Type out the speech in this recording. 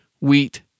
wheat